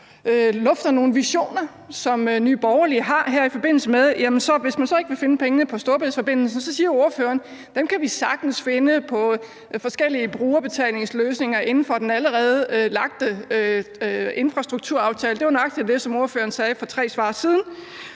lufter nogle visioner, som Nye Borgerlige har her i forbindelse med det, og hvis man så ikke vil finde pengene på Storebæltforbindelsen, siger ordføreren, at dem kan vi sagtens finde på forskellige brugerbetalingsløsninger inden for den allerede eksisterende infrastrukturaftale. Det var nøjagtig det, som ordføreren sagde for tre svar siden.